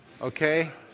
Okay